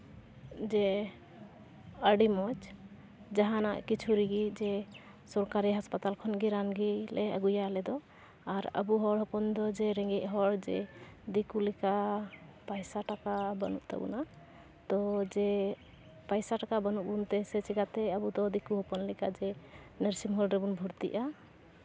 ᱟᱨ ᱡᱮ ᱟᱹᱹᱰᱤ ᱢᱚᱡᱽ ᱡᱟᱦᱟᱱᱟᱜ ᱠᱤᱪᱷᱩ ᱨᱮᱜᱮ ᱡᱮ ᱥᱚᱨᱠᱟᱨᱤ ᱦᱟᱥᱯᱟᱛᱟᱞ ᱠᱷᱚᱱᱞ ᱜᱮ ᱟᱹᱜᱩᱭᱟ ᱟᱞᱮ ᱫᱚ ᱟᱨ ᱟᱵᱩ ᱦᱚᱲ ᱦᱚᱯᱚᱱ ᱫᱚ ᱨᱮᱸᱜᱮᱡ ᱦᱚᱲ ᱡᱮ ᱫᱤᱠᱩ ᱞᱮᱠᱟ ᱯᱚᱭᱥᱟ ᱴᱟᱠᱟ ᱵᱟᱹᱱᱩᱜ ᱛᱟᱵᱚᱱᱟ ᱛᱳ ᱡᱮ ᱯᱚᱭᱥᱟ ᱴᱟᱠᱟ ᱵᱟᱹᱱᱩᱜ ᱵᱚᱱ ᱛᱮ ᱥᱮ ᱪᱤᱠᱟᱹᱛᱮ ᱟᱵᱚᱫᱚ ᱫᱤᱠᱩ ᱦᱚᱯᱚᱱ ᱞᱮᱠᱟ ᱡᱮ ᱱᱟᱨᱥᱤᱝ ᱦᱳᱢ ᱨᱠᱮᱵᱚᱱ ᱵᱷᱚᱨᱛᱤᱜᱼᱟ